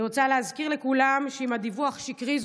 אני רוצה להזכיר לכולם שאם הדיווח שקרי,